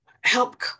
help